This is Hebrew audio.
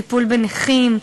טיפול בנכים,